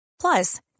Plus